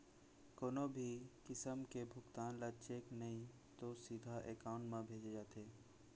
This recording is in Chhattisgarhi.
कोनो भी किसम के भुगतान ल चेक नइ तो सीधा एकाउंट म भेजे जाथे